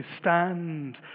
stand